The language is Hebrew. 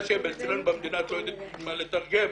מה שאצלנו במדינה --- מה לתרגם,